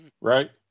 right